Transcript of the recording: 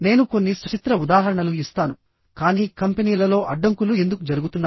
నేను కొన్ని సచిత్ర ఉదాహరణలు ఇస్తానుకానీ కంపెనీలలో అడ్డంకులు ఎందుకు జరుగుతున్నాయి